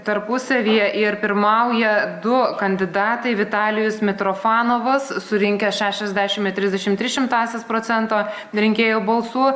tarpusavyje ir pirmauja du kandidatai vitalijus mitrofanovas surinkęs šešiasdešimt ir trisdešimt tris šimtąsias procento rinkėjų balsų